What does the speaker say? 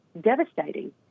devastating